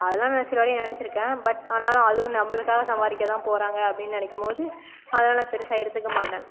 அதலாம் நான் சிலவாட்டி நினச்சிருக்கேன் பட் ஆனாலும் அதுவும் நம்பளுக்காக சம்பாரிக்க தான் போகிறாங்க அப்படின்னு நினைக்கும் போது அதலாம் நான் பெருசாக எடுத்துக்க மாட்டேன்